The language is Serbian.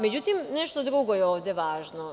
Međutim, nešto drugo je ovde važno.